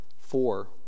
four